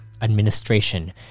Administration